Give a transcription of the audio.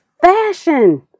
fashion